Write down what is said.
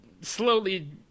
slowly